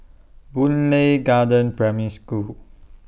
Boon Lay Garden Primary School